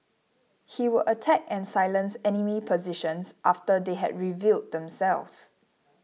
he would attack and silence enemy positions after they had revealed themselves